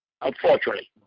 unfortunately